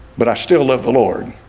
but i still love the lord